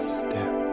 step